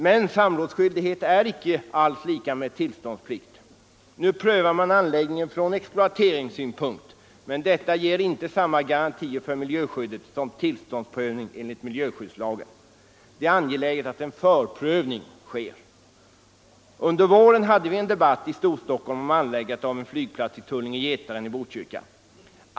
Men samrådsskyldighet är inte alls lika med tillståndsplikt. Nu prövar man anläggningen från exploateringssynpunkt, men detta ger inte samma garantier för miljöskyddet som tillståndsprövning enligt miljöskyddslagen. Det är angeläget att en förprövning sker. Under våren hade vi en debatt i Storstockholm om anläggandet av en flygplats i Tullinge-Getaren i Botkyrka.